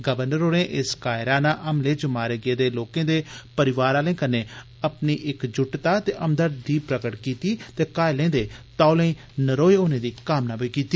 governor होरें इस कायराना हमले च मारे गेदे लोकें दे परिवारें कन्नै अपनी इक जुटता ते हमदर्दी प्रकट कीती ते घालें दे तौले नरोए होने दी कामना कीती